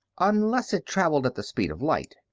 unless it traveled at the speed of light.